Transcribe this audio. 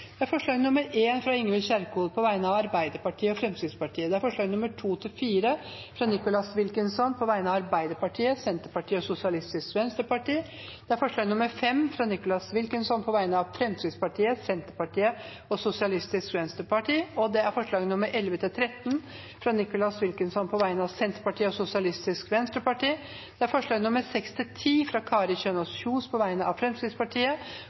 Det er forslag nr. 1, fra Ingvild Kjerkol på vegne av Arbeiderpartiet og Fremskrittspartiet forslagene nr. 2–4, fra Nicholas Wilkinson på vegne av Arbeiderpartiet, Senterpartiet og Sosialistisk Venstreparti forslag nr. 5, fra Nicholas Wilkinson på vegne av Fremskrittspartiet, Senterpartiet og Sosialistisk Venstreparti forslagene nr. 6–10, fra Kari Kjønaas Kjos på vegne av Arbeiderpartiet, Fremskrittspartiet og Senterpartiet forslagene nr. 11–13, fra Nicholas Wilkinson på vegne av Senterpartiet og Sosialistisk Venstreparti forslag nr. 14, fra Kari Kjønaas Kjos på vegne av Arbeiderpartiet, Fremskrittspartiet